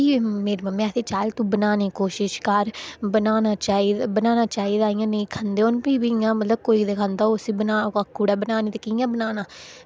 ते प्ही मेरी मम्मी आखदी चल तू बनाने दी कोशिश कर बनाना चाही बनाना चाहिदा इं'या नेईं खंदे होन प्ही बी इं'या मतलब कोई ते खंदा होग उसी ते कोई आक्खी ओड़ै बनाने गी कि'यां बनाना